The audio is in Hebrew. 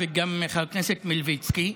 וגם הכנסת מלביצקי,